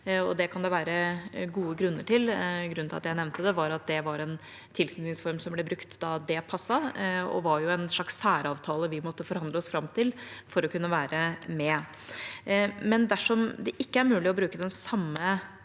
det kan det være gode grunner til. Grunnen til at jeg nevnte det, var at det var en tilknytningsform som ble brukt da det passet, og det var jo en slags særavtale vi måtte forhandle oss fram til for å kunne være med. Dersom det ikke er mulig å bruke den samme